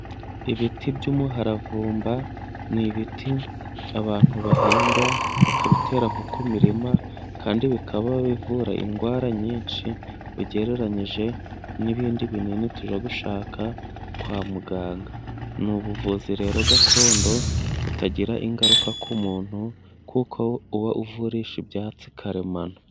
Ibiti by'umuharavumba ni ibiti abantu bahinga bakabitera nko ku mirima, kandi bikaba bivura indwara nyinshi ugereranyije n'ibindi binini tujya gushaka kwa muganga. Ni ubuvuzi rero gakondo butagira ingaruka ku muntu, kuko uba uvurisha ibyatsi karemano.